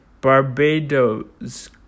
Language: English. Barbados